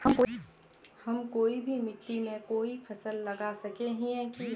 हम कोई भी मिट्टी में कोई फसल लगा सके हिये की?